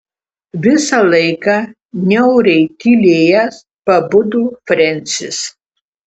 visą laiką niauriai tylėjęs pabudo frensis